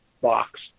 box